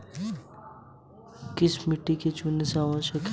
Credit के four C क्या हैं?